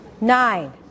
nine